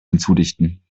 hinzudichten